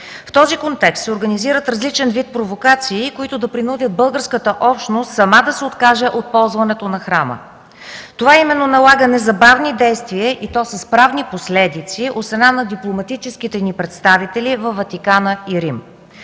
В този контекст се организират различен вид провокации, които да принудят българската общност сама да се откаже от ползването на храма. Това именно налага незабавни действия, и то с правни последици от страна на дипломатическите ни представители във Ватикана и Рим.